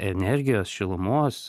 energijos šilumos